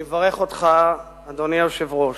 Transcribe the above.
אני מברך אותך, אדוני היושב-ראש,